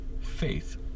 faith